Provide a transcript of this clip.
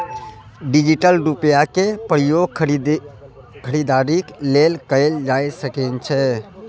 digital रुपैयाक प्रयोग खरीदारीक लेल कएल जा सकैए